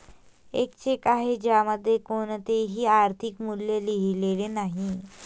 एक चेक आहे ज्यामध्ये कोणतेही आर्थिक मूल्य लिहिलेले नाही